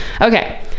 okay